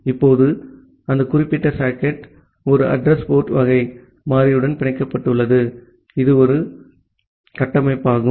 இப்போது அந்த குறிப்பிட்ட சாக்கெட் ஒரு அட்ரஸ் போர்ட் வகை மாறியுடன் பிணைக்கப்பட்டுள்ளது இது ஒரு கட்டமைப்பாகும்